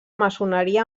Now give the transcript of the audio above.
maçoneria